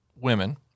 women